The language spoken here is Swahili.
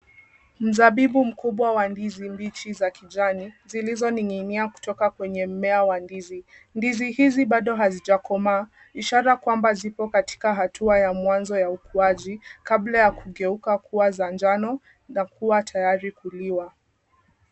Mzabibu mkubwa wa ndizi mbichi za kijani zilizoning'inia kutoka kwa mmea wa ndizi. Ndizi hizi bado hazi bado hazijakomaa, ishara kwamba ziko katika hatua ya mwanzo ya ukuaji, kabla ya kupeuka kuwa za njano na kuwa tayari kuliwa.